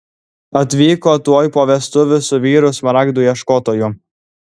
atvyko tuoj po vestuvių su vyru smaragdų ieškotoju